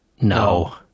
No